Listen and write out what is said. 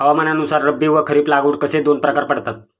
हवामानानुसार रब्बी व खरीप लागवड असे दोन प्रकार पडतात